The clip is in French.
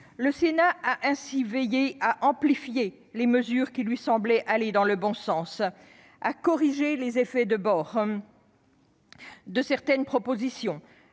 Le Sénat a veillé à amplifier les mesures qui lui semblaient aller dans le bon sens, à corriger les effets de bord de certaines propositions,